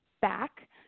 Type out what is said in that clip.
back